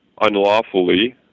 unlawfully